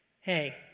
Hey